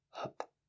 up